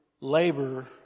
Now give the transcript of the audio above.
labor